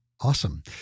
Awesome